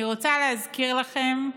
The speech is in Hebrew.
אני רוצה להזכיר לכם: